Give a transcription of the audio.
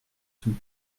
sous